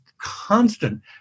constant